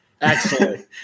Excellent